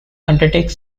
undertake